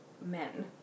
men